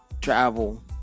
Travel